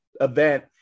event